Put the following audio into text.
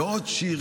עוד שיר,